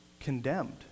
condemned